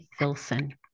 Wilson